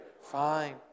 fine